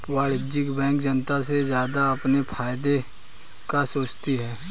वाणिज्यिक बैंक जनता से ज्यादा अपने फायदे का सोचती है